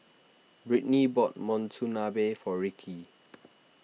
Brittnee bought Monsunabe for Ricki